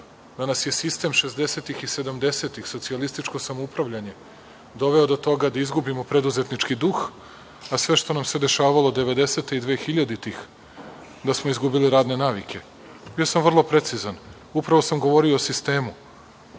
da nas je sistem 60-ih i 70-ih, socijalističko samoupravljanje, dovelo do toga da izgubimo preduzetnički duh, a sve što nam se dešavalo 90-e i dvehiljaditih da smo izgubili radne navike. Bio sam vrlo precizan. Upravo sam govorio o sistemu,